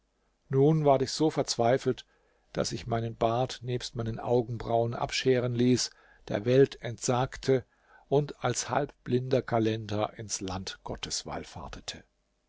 nun ward ich so verzweifelt daß ich meinen bart nebst meinen augenbrauen abscheren ließ der welt entsagte und als halbblinder kalender ins land gottes wallfahrtete